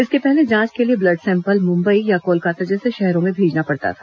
इसके पहले जांच के लिए ब्लड सेंपल मुंबई या कोलकाता जैसे शहरों में भेजना पड़ता था